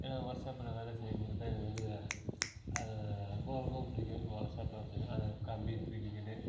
ஏன்னா வொர்க்ஷாப்பில் வேலை செய்யும்போது எனக்கு வந்து அது ரொம்ப ரொம்ப பிடிக்கும் வொர்க்ஷாப்பில் வேலை செய்ய அதை கம்பியை தூக்கிக்கிட்டு